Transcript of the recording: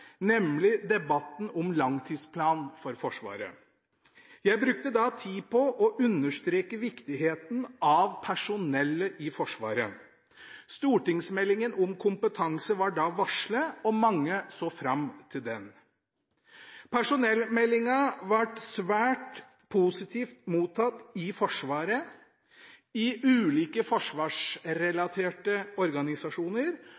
nemlig debatten om langtidsplan for Forsvaret. Jeg brukte da tid på å understreke viktigheten av personellet i Forsvaret. Stortingsmeldingen om kompetanse var da varslet, og mange så fram til den. Personellmeldingen ble svært positivt mottatt i Forsvaret, i ulike